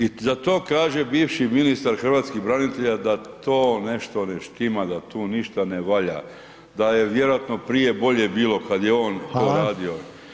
I za to kaže bivši ministar hrvatskih branitelja da to nešto ne štima da tu ništa ne valjda, da je vjerojatno prije bolje bilo kada je on to radio.